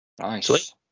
Nice